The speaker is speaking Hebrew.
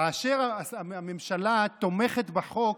כאשר הממשלה תומכת בחוק,